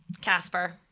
Casper